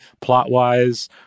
plot-wise